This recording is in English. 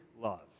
love